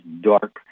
dark